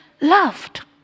loved